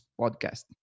podcast